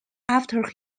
after